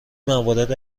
موارد